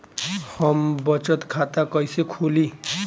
हम बचत खाता कईसे खोली?